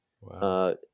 Wow